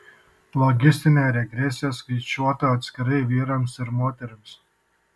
logistinė regresija skaičiuota atskirai vyrams ir moterims